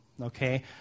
okay